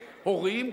הורים,